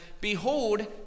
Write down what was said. Behold